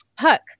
Puck